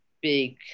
big